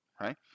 right